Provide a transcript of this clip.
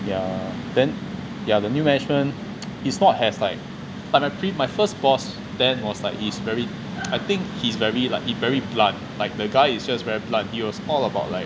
ya then yeah the new management is not as like my prev- like my first boss then was like he's very I think he's very like he very blunt like the guy is just very blunt he's all about like